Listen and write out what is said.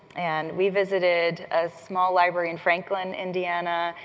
and we visited a small library in franklin, indiana,